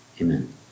amen